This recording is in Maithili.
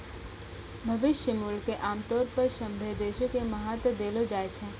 भविष्य मूल्य क आमतौर पर सभ्भे देशो म महत्व देलो जाय छै